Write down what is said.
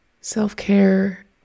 Self-care